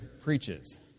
preaches